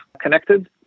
connected